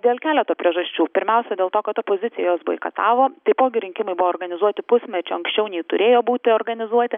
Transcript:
dėl keleto priežasčių pirmiausia dėl to kad opozicijos boikatavo taipogi rinkimai buvo organizuoti pusmečiu anksčiau nei turėjo būti organizuoti